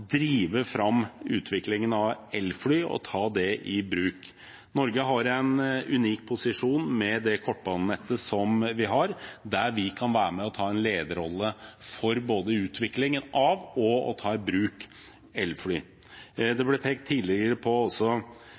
drive fram utviklingen av elfly og ta det i bruk. Norge har en unik posisjon med det kortbanenettet vi har, der vi kan være med og ta en lederrolle for både utviklingen av og å ta i bruk elfly. Det ble tidligere pekt på